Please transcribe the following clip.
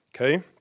okay